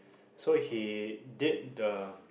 so he did the